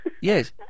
yes